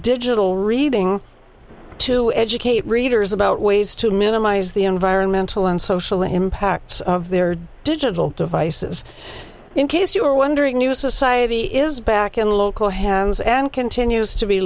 digital reading to educate readers about ways to minimise the environmental and social impacts of their digital devices in case you're wondering new society is back in local hands and continues to be